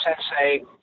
sensei